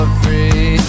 free